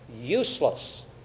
useless